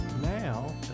Now